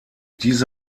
diese